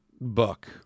book